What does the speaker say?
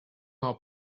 are